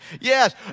Yes